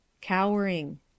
Cowering